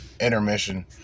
intermission